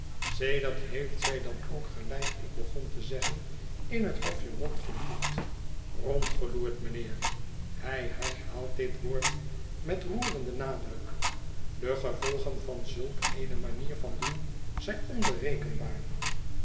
sedert heeft zij dan ook gelijk ik begon te zeggen in het hofje rondgeloerd rondgeloerd mijnheer hij herhaalt dit woord met roerenden nadruk de gevolgen van zulk eene manier van doen zijn